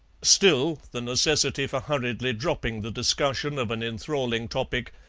still, the necessity for hurriedly dropping the discussion of an enthralling topic,